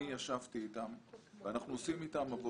אני ישבתי אתם ואנחנו עושים אתם עכשיו